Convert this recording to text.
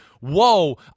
whoa